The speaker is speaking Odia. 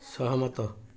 ସହମତ